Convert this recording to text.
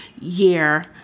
year